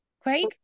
Craig